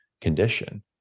condition